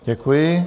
Děkuji.